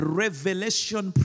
revelation